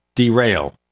derail